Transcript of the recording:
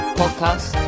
podcast